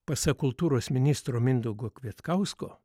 pasak kultūros ministro mindaugo kvietkausko